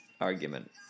argument